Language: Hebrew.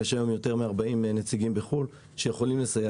היום יש יותר מ-40 נציגים בחו"ל שיכולים לסייע